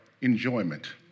enjoyment